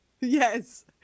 yes